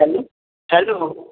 hello hello